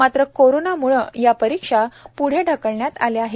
मात्र कोरोनाम्ळं या परीक्षा प्रढे ढकलण्यात आल्या आहेत